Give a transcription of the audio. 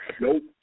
Nope